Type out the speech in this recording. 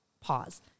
pause